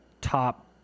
top